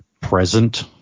present